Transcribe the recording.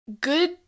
good